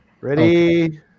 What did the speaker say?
Ready